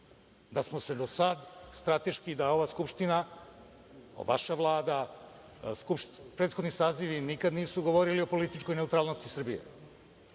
Da smo se do sada strateški, da je ova Skupština, vaša Vlada, prethodni sazivi nikada nisu govorili o političkoj neutralnosti Srbije,